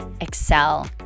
excel